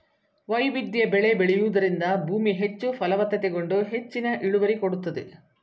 ವೈವಿಧ್ಯ ಬೆಳೆ ಬೆಳೆಯೂದರಿಂದ ಭೂಮಿ ಹೆಚ್ಚು ಫಲವತ್ತತೆಗೊಂಡು ಹೆಚ್ಚಿನ ಇಳುವರಿ ಕೊಡುತ್ತದೆ